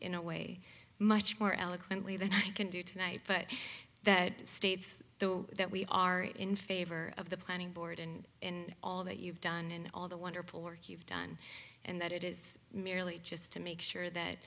in a way much more eloquently than i can do tonight but that states so that we are in favor of the planning board and and all that you've done in all the wonderful work you've done and that it is merely just to make sure that